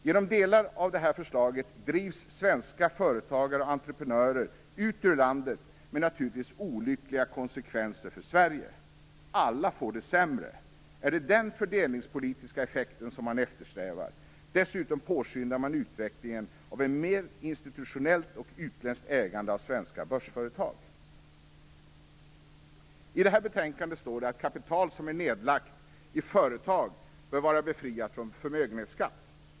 Genom delar av det här förslaget drivs svenska företagare och entreprenörer ut ur landet, med naturligtvis olyckliga konsekvenser för Sverige. Alla får det sämre - är det den fördelningspolitiska effekten man eftersträvar? Dessutom påskyndar man utvecklingen av ett mer institutionellt och utländskt ägande av svenska börsföretag. I betänkandet står det att kapital som är nedlagt i företag bör vara befriat från förmögenhetsskatt.